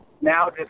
now